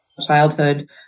childhood